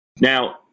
now